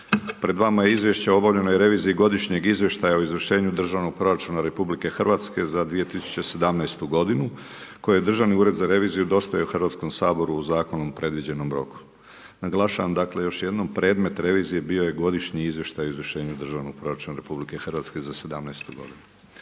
Pred vama je Izvješće o obavljenoj reviziji godišnjeg Izvještaja o izvršenju Državnog proračuna RH za 2017. godinu koje je Državni ured za reviziju dostavio Hrvatskom saboru u zakonom predviđenom roku. Naglašavam dakle još jednom predmet revizije bio je Godišnji izvještaj o izvršenju Državnog proračuna RH za 2017. godinu.